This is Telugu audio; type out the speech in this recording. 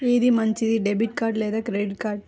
ఏది మంచిది, డెబిట్ కార్డ్ లేదా క్రెడిట్ కార్డ్?